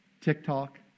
TikTok